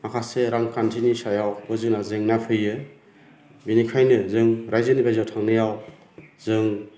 माखासे रांखान्थिनि सायावबो जोंना जेंना फैयो बेनिखायनो जों राज्योनि बायजोआव थांनायाव जों